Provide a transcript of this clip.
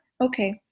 okay